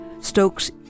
Stokes